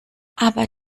aber